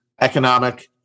economic